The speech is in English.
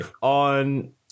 on